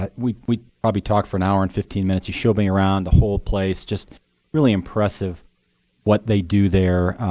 ah we we probably talked for an hour and fifteen minutes. he showed me around the whole place. just really impressive what they do there.